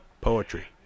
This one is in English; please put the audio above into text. poetry